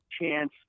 chance